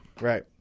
right